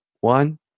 One